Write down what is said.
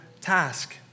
task